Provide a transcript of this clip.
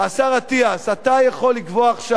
השר אטיאס, אתה יכול לקבוע עכשיו,